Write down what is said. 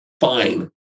fine